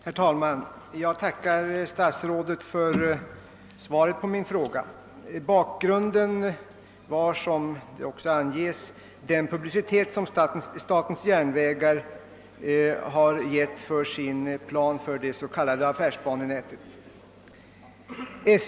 Herr talman! Jag tackar statsrådet för svaret på min fråga. Bakgrunden var, vilket också anges i svaret, den publicitet som statens järnvägars plan för det s.k. affärsbanenätet fått.